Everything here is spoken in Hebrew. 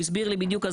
הוא הסביר לי בדיוק,